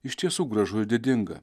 iš tiesų gražu ir didinga